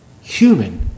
human